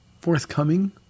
forthcoming